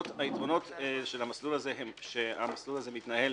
היתרונות של המסלול הזה הם שהמסלול הזה מתנהל